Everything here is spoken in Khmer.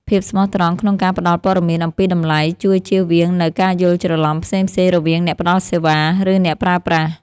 ភាពស្មោះត្រង់ក្នុងការផ្ដល់ព័ត៌មានអំពីតម្លៃជួយជៀសវាងនូវការយល់ច្រឡំផ្សេងៗរវាងអ្នកផ្ដល់សេវា ឬអ្នកប្រើប្រាស់។